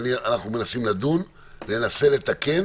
אנחנו מנסים לדון, ננסה לתקן.